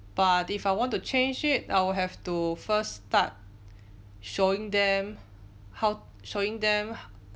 but if I want to change it I'll have to first start showing them how showing them